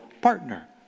partner